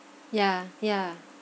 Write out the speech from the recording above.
ya ya